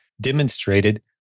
demonstrated